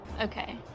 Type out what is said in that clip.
Okay